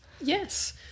Yes